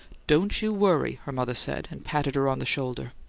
don't you worry, her mother said, and patted her on the shoulder.